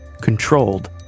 controlled